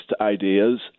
ideas